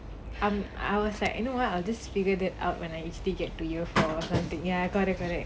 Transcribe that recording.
um I was like you know what I'll just figure that out when I eventually get to year four something ya correct correct